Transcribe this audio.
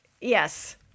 Yes